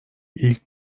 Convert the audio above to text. ilk